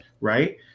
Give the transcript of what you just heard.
right